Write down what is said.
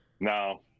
No